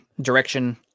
direction